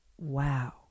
Wow